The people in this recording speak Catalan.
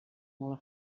molt